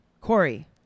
Corey